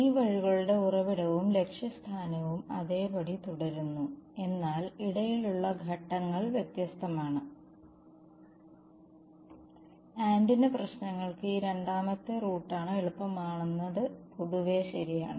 ഈ വഴികളുടെ ഉറവിടവും ലക്ഷ്യസ്ഥാനവും അതേപടി തുടരുന്നു എന്നാൽ ഇടയിലുള്ള ഘട്ടങ്ങൾ വ്യത്യസ്തമാണ് ആന്റിന പ്രശ്നങ്ങൾക്ക് ഈ രണ്ടാമത്തെ റൂട്ട് ആണ് എളുപ്പമാണെന്നത് പൊതുവെ ശരിയാണ്